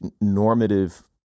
normative